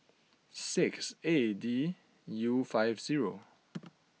six A D U five zero